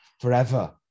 forever